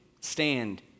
stand